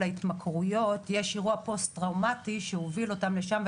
ההתמכרויות יש אירוע פוסט-טראומטי שהוביל אותם לשם,